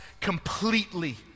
completely